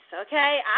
okay